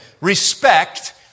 Respect